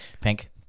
Pink